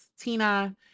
Tina